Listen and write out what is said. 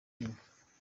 nyene